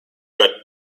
got